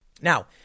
Now